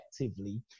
effectively